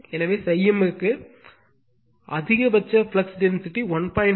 எனவே ∅m க்கு அதிகபட்ச ஃப்ளக்ஸ் டென்சிட்டி 1